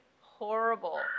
horrible